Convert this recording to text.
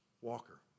walker